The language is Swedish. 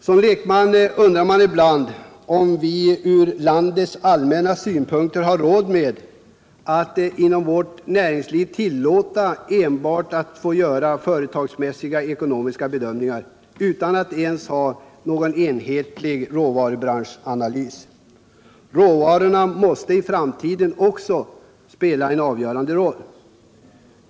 Som lekman undrar man ibland om vi från landets allmänna synpunkter har råd att tillåta att man inom vårt näringsliv gör enbart företagsmässiga ekonomiska bedömningar utan att ens ha någon enhetlig råvarubranschanalys. Råvarorna måste i framtiden också spela en avgörande roll.